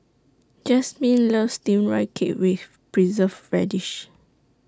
Jazmine loves Steamed Rice Cake with Preserved Radish